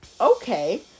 Okay